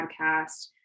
podcast